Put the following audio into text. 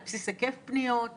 על בסיס היקף פניות,